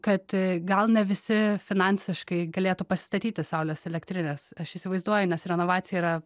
kad gal ne visi finansiškai galėtų pasistatyti saulės elektrines aš įsivaizduoju nes renovacija yra